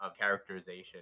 characterization